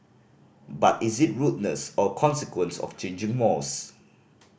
but is it rudeness or consequence of changing mores